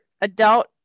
adult